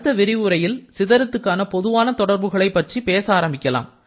அடுத்த விரிவுரையில் சிதறத்துக்கான பொதுவான தொடர்புகளை பற்றி பேசி ஆரம்பிக்கலாம்